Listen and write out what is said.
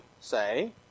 Say